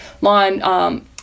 lawn